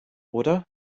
oder